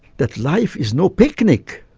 that life is no picnic.